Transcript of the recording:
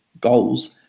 goals